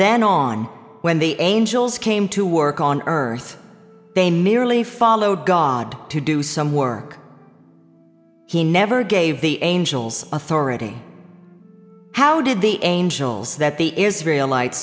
then on when the angels came to work on earth they merely followed god to do some work he never gave the angels authority how did the angels that the israel li